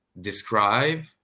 describe